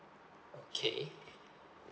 okay